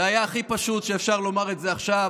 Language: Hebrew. זה היה הכי פשוט שאפשר לומר את זה עכשיו.